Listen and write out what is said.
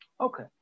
Okay